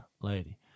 lady